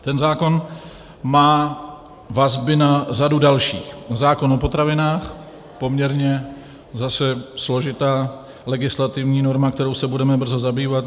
Ten zákon má vazby na řadu dalších: na zákon o potravinách poměrně zase složitá legislativní norma, kterou se budeme brzy zabývat;